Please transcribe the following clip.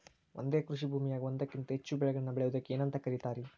ಒಂದೇ ಕೃಷಿ ಭೂಮಿಯಾಗ ಒಂದಕ್ಕಿಂತ ಹೆಚ್ಚು ಬೆಳೆಗಳನ್ನ ಬೆಳೆಯುವುದಕ್ಕ ಏನಂತ ಕರಿತಾರಿ?